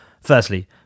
Firstly